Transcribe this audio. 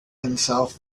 himself